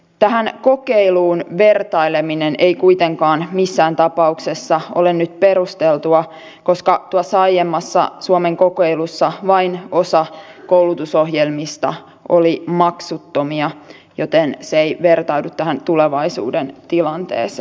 tähän kokeiluun vertaileminen ei kuitenkaan missään tapauksessa ole nyt perusteltua koska tuossa aiemmassa suomen kokeilussa vain osa koulutusohjelmista oli maksuttomia joten se ei vertaudu tähän tulevaisuuden tilanteeseemme